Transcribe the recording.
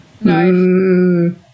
Nice